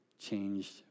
changed